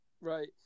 Right